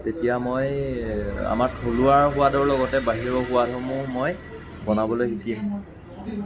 তেতিয়া মই আমাৰ থলুৱা সোৱাদৰ লগতে বাহিৰৰ সোৱাদসমূহ মই বনাবলৈ শিকিম